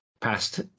past